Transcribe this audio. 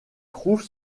trouve